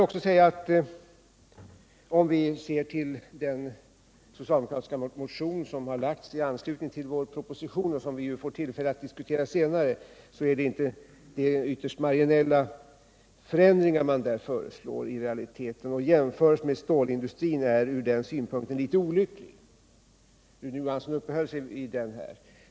Om vi ser till den socialdemokratiska motion, som har väckts i anslutning till denna proposition och som vi får tillfälle att diskutera senare, kan vi konstatera att det i realiteten är ytterst marginella förändringar man där föreslår. Jämförelsen med stålindustrin är ur den synpunkten litet olycklig; Rune Johansson uppehöll sig vid den.